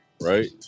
right